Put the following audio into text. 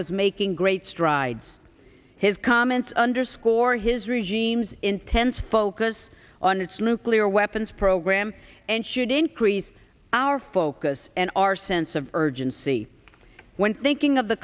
was making great strides his comments underscore his regime's intense focus on its nuclear weapons program and should increase our focus and our sense of urgency when thinking of the